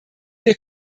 wir